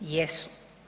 Jesu.